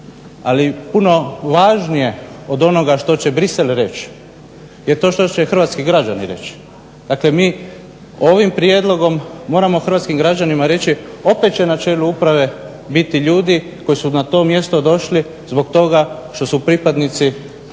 Ali puno važnije od onoga što će Bruxelles reći je to što će hrvatski građani reći. Dakle, mi ovim prijedlogom moramo hrvatskim građanima reći opet će na čelu uprave biti ljudi koji su na to mjesto došli zbog toga što su pripadnici vladajuće